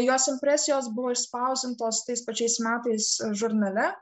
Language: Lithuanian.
jos impresijos buvo išspausdintos tais pačiais metais žurnale